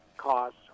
costs